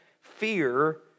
fear